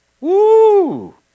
Woo